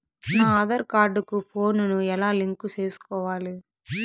నా ఆధార్ కార్డు కు ఫోను ను ఎలా లింకు సేసుకోవాలి?